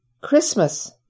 Christmas